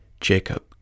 Jacob